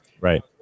Right